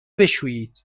بشویید